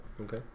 Okay